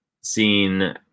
seen